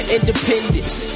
Independence